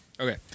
Okay